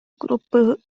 grupy